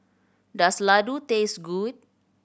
does laddu taste good